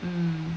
mm